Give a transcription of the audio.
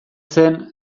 zen